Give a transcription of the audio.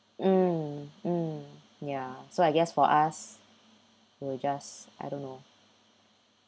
mm mm ya so I guess for us we will just I don't know